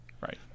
Right